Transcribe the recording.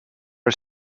are